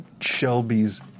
Shelby's